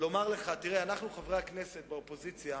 לומר לך: אנחנו, חברי הכנסת באופוזיציה,